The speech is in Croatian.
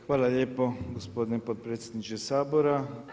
Hvala lijepo gospodine potpredsjedniče Sabora.